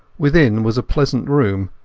within was a pleasant room,